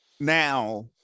now